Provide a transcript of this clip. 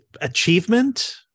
Achievement